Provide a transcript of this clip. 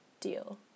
deal